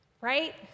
right